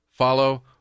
follow